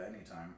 anytime